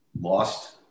lost